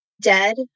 dead